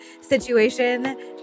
situation